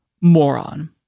moron